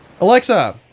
Alexa